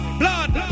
blood